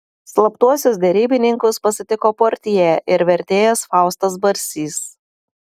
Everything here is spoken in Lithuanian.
slaptuosius derybininkus pasitiko portjė ir vertėjas faustas barsys